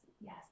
yes